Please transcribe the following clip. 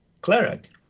cleric